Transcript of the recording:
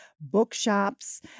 bookshops